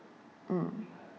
mm